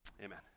Amen